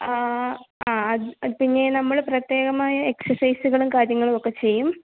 ആ പിന്നെ നമ്മൾ പ്രത്യേകമായ എക്സസർസൈസുകളും കാര്യങ്ങളും ഒക്കെ ചെയ്യും